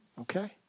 Okay